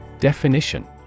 Definition